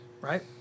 Right